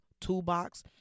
toolbox